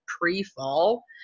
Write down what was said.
pre-fall